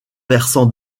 versant